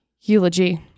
eulogy